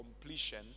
completion